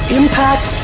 impact